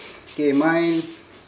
K mine